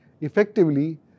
Effectively